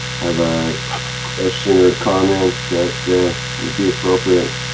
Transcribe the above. have a question or comment that. would be appropriate.